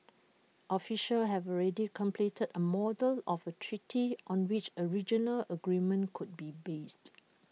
officials have already completed A model of A treaty on which A regional agreement could be based